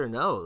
no